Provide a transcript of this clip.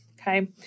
okay